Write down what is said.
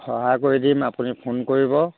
সহায় কৰি দিম আপুনি ফোন কৰিব